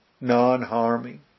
non-harming